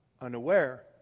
unaware